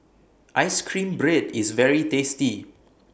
Ice Cream Bread IS very tasty